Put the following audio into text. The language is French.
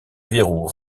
verrous